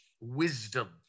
wisdom